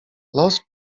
los